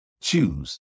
choose